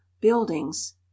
buildings